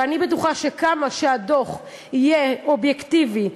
ואני בטוחה שכמה שהדוח יהיה אובייקטיבי,